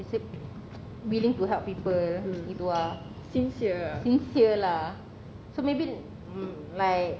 basic willing to help people gitu ah sincere lah so maybe like